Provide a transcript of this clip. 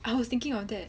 I was thinking of that